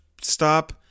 stop